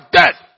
death